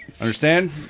understand